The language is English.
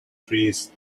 trees